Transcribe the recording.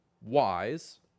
wise